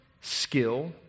skill